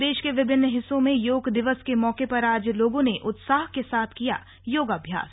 प्रदे के विभिन्न हिस्सों में योग दिवस के मौके पर आज लोगों ने उत्साह के साथ योगाभ्यास किया